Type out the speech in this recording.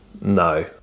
No